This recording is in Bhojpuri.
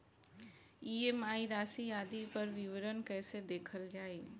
ई.एम.आई राशि आदि पर विवरण कैसे देखल जाइ?